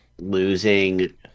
losing